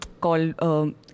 called